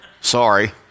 Sorry